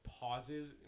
pauses